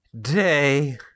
day